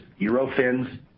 Eurofins